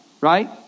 right